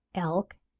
elk,